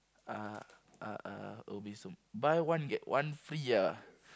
uh uh uh oya-beh-ya-som buy one get one free ah